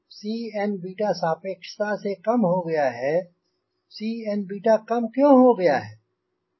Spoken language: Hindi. Cnसापेक्षता से कम हो गया है Cn कम क्यों हो गया है